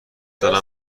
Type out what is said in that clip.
دارم